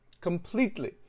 completely